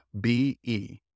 B-E